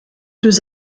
deux